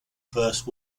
first